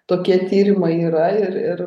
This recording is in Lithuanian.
tokie tyrimai yra ir ir